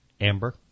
Amber